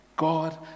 God